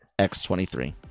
x23